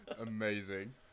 amazing